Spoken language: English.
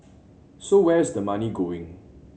so where is the money going